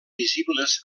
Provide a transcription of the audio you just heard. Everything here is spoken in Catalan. visibles